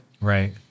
Right